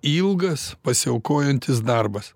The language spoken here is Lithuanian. ilgas pasiaukojantis darbas